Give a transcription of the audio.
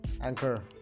Anchor